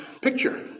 picture